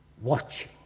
watching